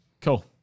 Cool